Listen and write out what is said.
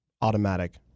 automatic